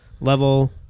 level